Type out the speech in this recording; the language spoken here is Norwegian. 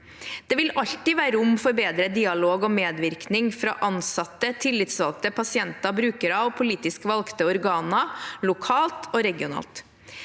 Det vil alltid være rom for bedre dialog og medvirkning fra ansatte, tillitsvalgte, pasienter, brukere og politisk valgte organer lokalt og regionalt.